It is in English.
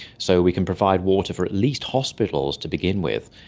so we can provide water for at least hospitals to begin with.